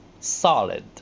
solid